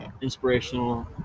inspirational